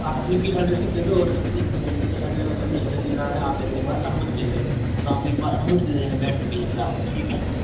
आप अपनी फीस वाली रशीद दे दो और एप्लीकेशन लिख के दे दो कि सर मेरे को जल्दी से जल्दी बनाना है आप मेरे को एक बार अनुमति दे दो आप एक बार अनुमति दे देंगे बैठने के लिए एग्जाम में ठीक है